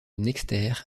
nexter